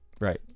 Right